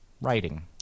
Writing